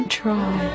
try